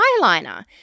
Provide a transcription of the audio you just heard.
eyeliner